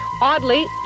Oddly